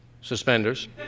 Suspenders